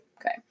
Okay